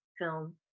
film